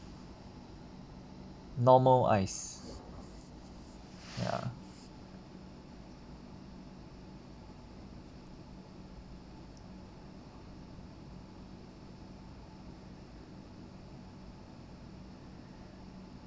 normal ice ya